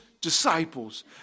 disciples